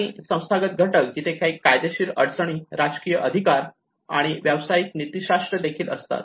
आणि संस्थागत घटक जेथे कायदेशीर अडचणी राजकीय अधिकार आणि व्यावसायिक नीतिशास्त्र देखील असतात